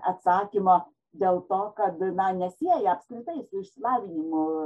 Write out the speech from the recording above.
atsakymo dėl to kad na nesieja apskritai su išsilavinimu